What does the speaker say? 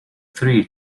three